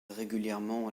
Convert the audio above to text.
régulièrement